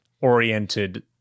oriented